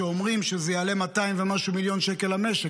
ואומרים שזה יעלה 200 ומשהו מיליון שקל למשק,